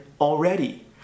already